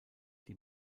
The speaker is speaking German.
die